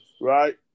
right